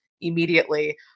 immediately